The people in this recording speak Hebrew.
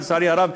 לצערי הרב,